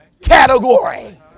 category